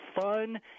fun